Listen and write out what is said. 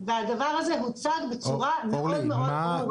והדבר הזה הוצג בצורה מאוד ברורה.